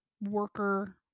worker